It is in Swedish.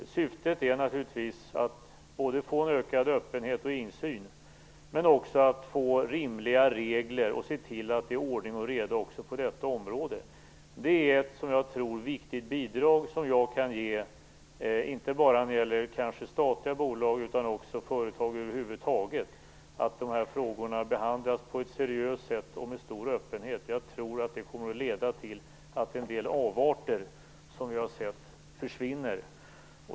Syftet är naturligtvis att både få en ökad öppenhet och en insyn, men också att få rimliga regler och se till att det är ordning och reda också på detta område. Att de här frågorna behandlas på ett seriöst sätt och med stor öppenhet tror jag är ett viktigt bidrag som jag kan ge, inte bara när det gäller statliga bolag utan också företag över huvud taget. Jag tror att det kommer att leda till att en del avarter som vi har sett försvinner.